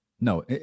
no